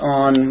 on